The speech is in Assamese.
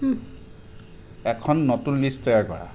এখন নতুন লিষ্ট তৈয়াৰ কৰা